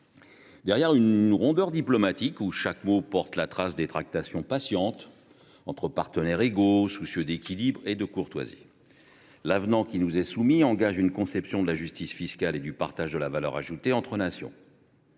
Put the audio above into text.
certaine rondeur diplomatique, chaque mot portant la trace des tractations patientes entre partenaires égaux, soucieux d’équilibre et de courtoisie, l’avenant qui nous est soumis engage une certaine conception de la justice fiscale et du partage de la valeur ajoutée entre nations.